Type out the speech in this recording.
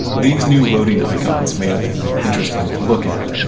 these new loading icons may have been more interesting to look at,